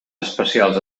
especials